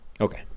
Okay